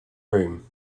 room